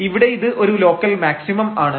ഇവിടെ ഇത് ഒരു ലോക്കൽ മാക്സിമം ആണ്